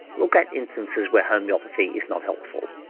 look at instances where homeopathy is not helpful,